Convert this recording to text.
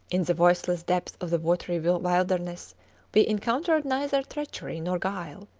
in the voiceless depths of the watery wilderness we encountered neither treachery nor guile,